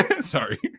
sorry